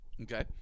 Okay